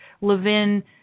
Levin